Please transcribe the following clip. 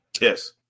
Yes